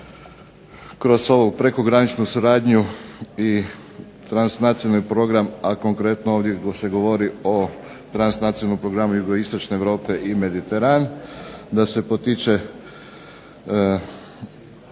kroz ovu prekograničnu suradnju i transnacionalni program a konkretno ovdje se govori o transnacionalnom programu Jugoistočne Europe i Mediteran, da se potiče